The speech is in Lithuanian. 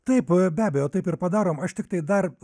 taip be abejo taip ir padaroma aš tiktai dar